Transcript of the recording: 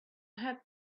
had